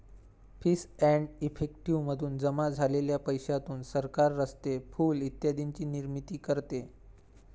fees and effective मधून जमा झालेल्या पैशातून सरकार रस्ते, पूल इत्यादींची निर्मिती करते